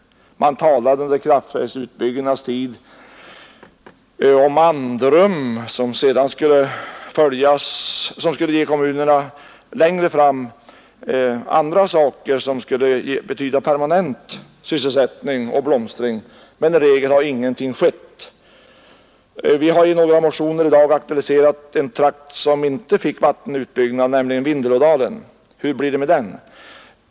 Man talade under kraftverksbyggenas tid om att detta skulle ge andrum, men att kommunerna längre fram skulle få andra saker som skulle betyda permanent sysselsättning och blomstring. I regel har emellertid ingenting skett. Vi har i några motioner aktualiserat den trakt som inte fick vattenkraftutbyggnad, nämligen Vindelådalen. Hur blir det med den?